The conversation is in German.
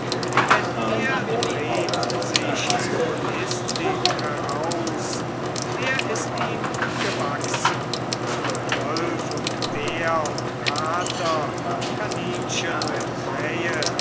denn er dreht sich so listig heraus wer ist ihm gewachsen wolf und bär und kater kaninchen und krähe